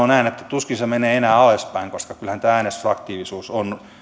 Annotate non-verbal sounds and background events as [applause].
[unintelligible] näin että tuskin se menee enää alaspäin koska kyllähän tämä äänestysaktiivisuus on